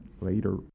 Later